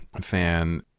fan